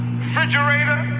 refrigerator